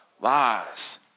Lies